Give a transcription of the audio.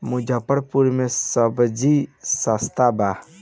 मुजफ्फरपुर में सबजी सस्ता बा